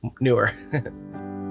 newer